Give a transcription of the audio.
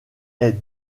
est